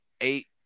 eight